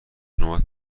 نوبت